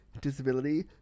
disability